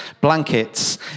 blankets